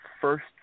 first